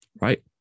right